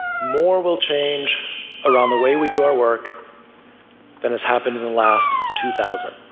more will change around the way we do our work than has happened in the last two thousand.